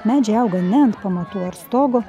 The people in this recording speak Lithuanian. medžiai auga ne ant pamatų ar stogo